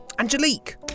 Angelique